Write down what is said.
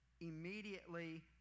immediately